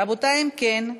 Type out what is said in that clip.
רבותי, אם כן,